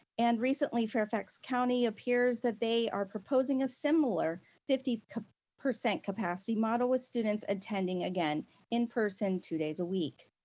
and recently fairfax county appears that they are proposing a similar fifty percent capacity model with students attending again in-person two days a week.